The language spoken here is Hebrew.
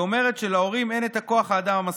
היא אומרת להורים שאין לה כוח אדם מספיק.